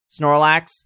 Snorlax